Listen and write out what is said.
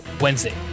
Wednesday